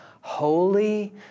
holy